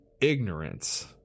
ignorance